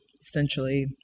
essentially